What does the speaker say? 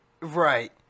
right